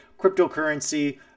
cryptocurrency